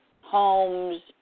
homes